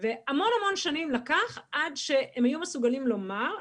והמון המון שנים לקח עד שהם היו מסוגלים לומר: